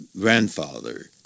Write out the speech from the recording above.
grandfather